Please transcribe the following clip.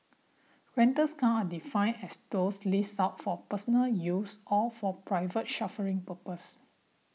rentals cars are defined as those leased out for personal use or for private chauffeuring purposes